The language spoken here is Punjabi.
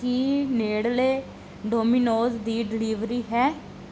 ਕੀ ਨੇੜਲੇ ਡੋਮੀਨੋਜ਼ ਦੀ ਡਿਲੀਵਰੀ ਹੈ